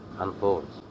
unfolds